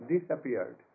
disappeared